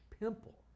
pimple